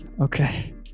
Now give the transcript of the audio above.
okay